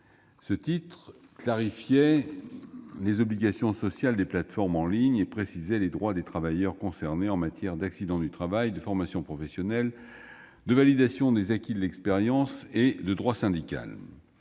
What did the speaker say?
Ce titre clarifiait les obligations sociales des plateformes en ligne et précisait les droits des travailleurs concernés en matière d'accidents du travail, de formation professionnelle, de validation des acquis de l'expérience et de droit syndical.